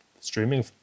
streaming